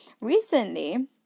recently